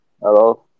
hello